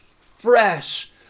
fresh